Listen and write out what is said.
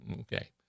Okay